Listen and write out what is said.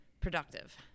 productive